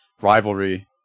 rivalry